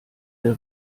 der